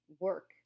work